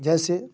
जैसे